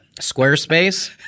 Squarespace